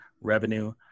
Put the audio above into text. revenue